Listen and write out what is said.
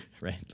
right